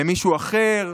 למישהו אחר?